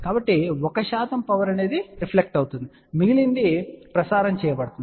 కాబట్టి 1 power reflect అవుతుంది మిగిలినది ప్రసారం చేయబడుతుంది